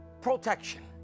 protection